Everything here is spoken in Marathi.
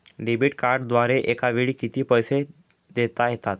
डेबिट कार्डद्वारे एकावेळी किती पैसे देता येतात?